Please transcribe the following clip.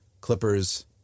Clippers